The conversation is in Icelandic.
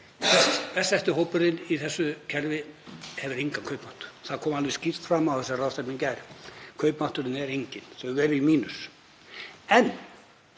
setti hópurinn í þessu kerfi hefur engan kaupmátt. Það kom alveg skýrt fram á þessari ráðstefnu í gær. Kaupmátturinn er enginn, þau eru í mínus. En